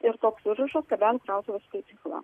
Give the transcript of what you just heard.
ir toks užrašas kabelių krautuvės skaitykla